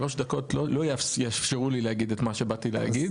שלוש דקות לא יאפשרו לי להגיד את מה שבאתי להגיד.